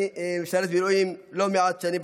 ואני משרת במילואים לא מעט שנים,